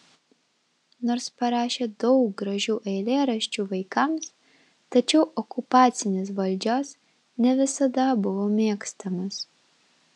nors parašė daug gražių eilėraščių vaikams tačiau okupacinės valdžios ne visada buvo mėgstamas